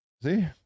See